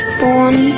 born